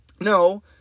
no